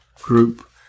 group